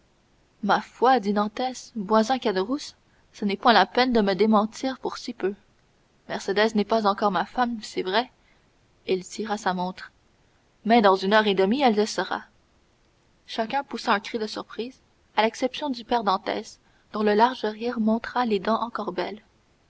ma foi dit dantès voisin caderousse ce n'est point la peine de me démentir pour si peu mercédès n'est point encore ma femme c'est vrai il tira sa montre mais dans une heure et demie elle le sera chacun poussa un cri de surprise à l'exception du père dantès dont le large rire montra les dents